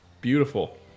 Beautiful